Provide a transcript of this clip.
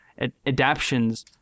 adaptions